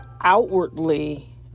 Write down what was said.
outwardly